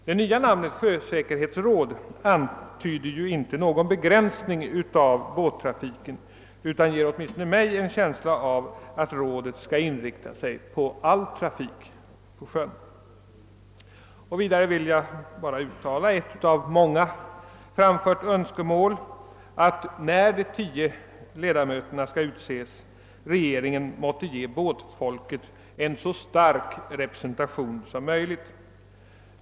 Det nya namnet »sjösäkerhetsråd» antyder ju inte någon begränsning av båttrafiken utan ger åtminstone mig en känsla av att rådet skall inrikta sig på all trafik på sjön. Vidare vill jag bara uttala ett av många framfört önskemål om att regeringen, när de tio ledamöterna skall utses, måtte ge båtfolket en så stark representation som möjligt.